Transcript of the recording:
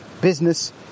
business